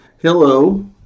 Hello